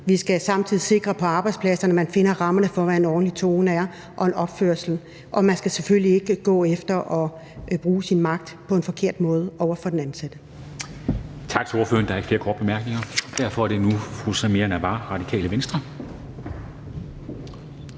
Vi skal samtidig på arbejdspladserne sikre, at man finder rammerne for, hvad en ordentlig tone og opførsel er, og man skal selvfølgelig ikke gå efter at bruge sin magt på en forkert måde over for de ansatte.